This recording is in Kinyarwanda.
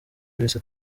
bise